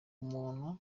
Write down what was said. umuntu